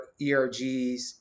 ERGs